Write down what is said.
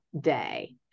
day